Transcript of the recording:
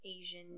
Asian